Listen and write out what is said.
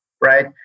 Right